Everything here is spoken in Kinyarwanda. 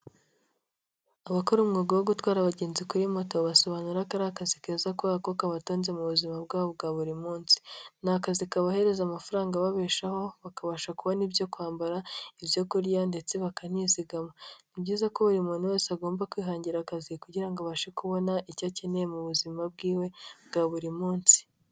Abakora umwuga wo gutwara abagenzi kuri moto basobanura koari akazi keza koko kabatanze mu buzima bwabo bwa buri munsi, ni akazi kabohereza amafaranga ababeshaho bakabasha kubona ibyo kwambara, ibyogo kurya ndetse bakanizigama; ni byiza ko buri muntu wese agomba kwihangira akazi kugira ngo abashe kubona icyo akeneye mu buzima bw'iwe bwa buri munsi.